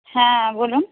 হ্যাঁ বলুন